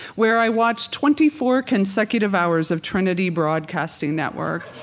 where i watched twenty four consecutive hours of trinity broadcasting network.